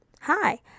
Hi